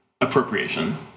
appropriation